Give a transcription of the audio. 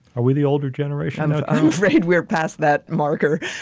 are we the older generation? i'm i'm afraid we're past that marker.